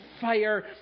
fire